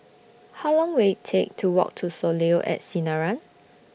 How Long Will IT Take to Walk to Soleil At Sinaran